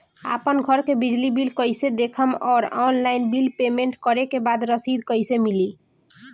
आपन घर के बिजली बिल कईसे देखम् और ऑनलाइन बिल पेमेंट करे के बाद रसीद कईसे मिली?